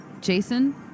Jason